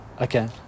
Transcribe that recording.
Okay